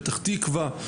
פתח תקווה,